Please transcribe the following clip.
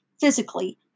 physically